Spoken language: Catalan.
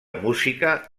música